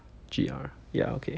G_E_R ya okay